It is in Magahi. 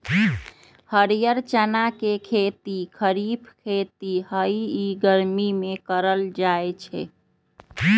हरीयर चना के खेती खरिफ खेती हइ इ गर्मि में करल जाय छै